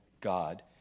God